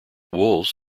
wolves